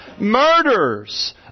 murders